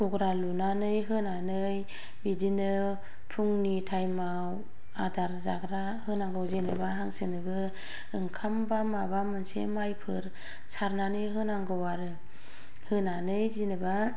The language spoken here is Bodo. गग्रा लुनानै होनानै बिदिनो फुंनि टाइमाव आदार जाग्रा होनांगौ जेनेबा हांसोनोबो ओंखाम बा माबा मोनसे माइफोर सारनानै होनांगौ आरो होनानै जेनेबा